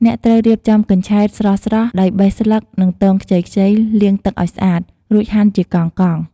អ្នកត្រូវរៀបចំ កញ្ឆែត ស្រស់ៗ ដោយបេះស្លឹក និងទងខ្ចីៗ លាងទឹកឲ្យស្អាត រួចហាន់ជាកង់ៗ។